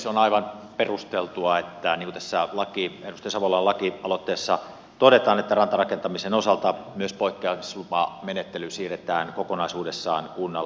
se on aivan perusteltua niin kuin tässä edustaja savolan lakialoitteessa todetaan että rantarakentamisen osalta myös poikkeamislupamenettely siirretään kokonaisuudessaan kunnalle